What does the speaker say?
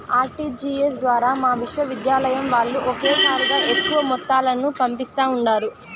RTGS ద్వారా మా విశ్వవిద్యాలయం వాల్లు ఒకేసారిగా ఎక్కువ మొత్తాలను పంపిస్తా ఉండారు